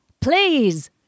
Please